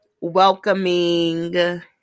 welcoming